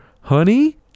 honey